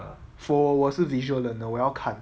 for 我是 visual learner 我要看